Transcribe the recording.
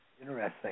Interesting